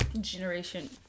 generation